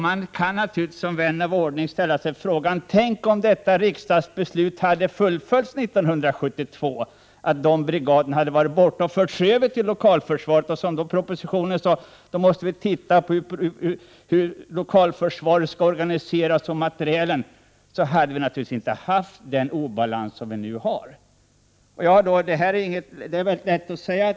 Man kan naturligtvis som vän av ordning säga: Tänk om detta riksdagsbeslut hade fullföljts 1972, om de brigaderna hade tagits bort och förts över till lokalförsvaret — och om vi då, som sades i propositionen, hade sett över lokalförsvarets organisation och materiel. Då hade vi naturligtvis inte haft den obalans som vi nu har.